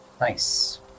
Nice